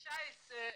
גבירתי,